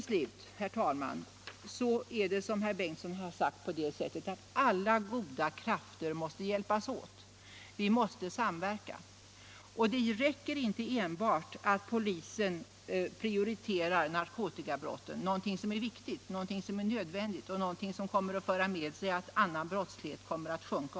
Som herr Bengtsson i Göteborg sade måste alla goda krafter hjälpas åt. Vi måste samverka. Det räcker inte enbart att polisen prioriterar narkotikabrotten, även om detta är viktigt och nödvändigt och kommer att föra med sig att också annan brottslighet kommer att sjunka.